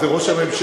זה ראש הממשלה.